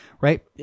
right